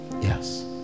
yes